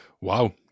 Wow